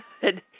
good